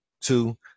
Two